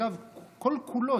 אגב, כל-כולו.